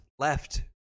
-left